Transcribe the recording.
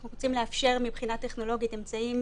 אנחנו רוצים לאפשר, מבחינה טכנולוגית, אמצעים